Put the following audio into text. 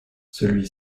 celui